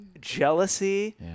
Jealousy